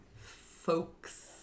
folks